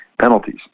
penalties